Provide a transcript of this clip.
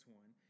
one